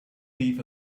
beef